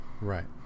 Right